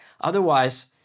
Otherwise